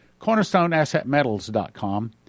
Cornerstoneassetmetals.com